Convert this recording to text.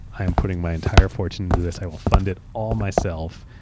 i'm putting my entire fortune into this. i will fund it all myself.